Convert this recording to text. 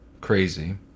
crazy